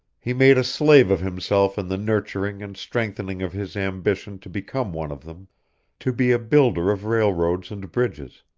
he made a slave of himself in the nurturing and strengthening of his ambition to become one of them to be a builder of railroads and bridges,